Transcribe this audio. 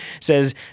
says